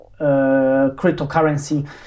cryptocurrency